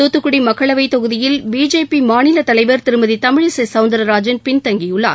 தூத்துக்கடி மக்களவைத் தொகுதியில் பிஜேபி மாநில தலைவர் திருமதி தமிழிசை சௌந்தாராஜன் பின்தங்கியுள்ளார்